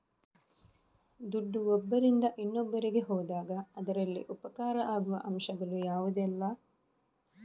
ದುಡ್ಡು ಒಬ್ಬರಿಂದ ಇನ್ನೊಬ್ಬರಿಗೆ ಹೋದಾಗ ಅದರಲ್ಲಿ ಉಪಕಾರ ಆಗುವ ಅಂಶಗಳು ಯಾವುದೆಲ್ಲ?